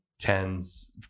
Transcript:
tens